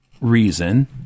reason